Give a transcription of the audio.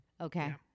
Okay